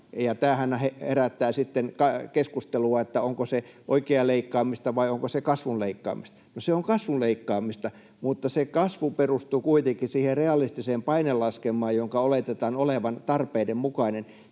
tämähän herättää sitten keskustelua siitä, onko se oikeaa leikkaamista vai onko se kasvun leikkaamista. No, se on kasvun leikkaamista, mutta se kasvu perustuu kuitenkin siihen realistiseen painelaskelmaan, jonka oletetaan olevan tarpeiden mukainen.